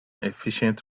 efficient